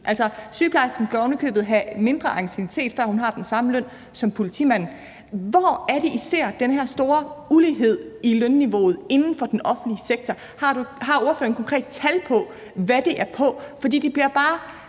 Altså, sygeplejersken skal oven i købet have mindre anciennitet, før hun har den samme løn som politimanden. Hvor er det, I ser den her store ulighed i lønniveauet inden for den offentlige sektor? Har ordføreren et konkret tal på, hvad det er på? For det bliver bare